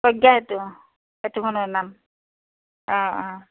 প্ৰজ্ঞা সেতু সেতুখনৰ নাম অ অ